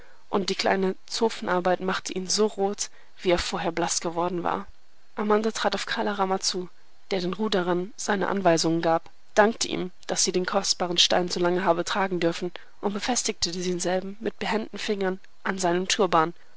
und die kleine zofenarbeit machte ihn so rot wie er vorher blaß geworden war amanda trat auf kala rama zu der den ruderern seine anweisungen gab dankte ihm daß sie den kostbaren stein so lange habe tragen dürfen und befestigte denselben mit behenden fingern an seinem turban